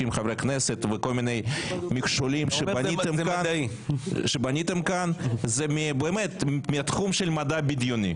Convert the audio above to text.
חברי כנסת וכל מיני מכשולים שבניתם כאן זה באמת מהתחום של מדע בדיוני.